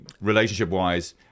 relationship-wise